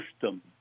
system